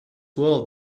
well